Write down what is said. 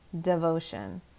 devotion